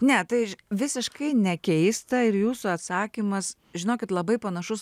ne tai visiškai ne keista ir jūsų atsakymas žinokit labai panašus